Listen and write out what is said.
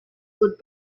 would